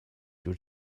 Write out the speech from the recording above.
جور